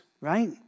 right